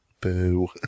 Boo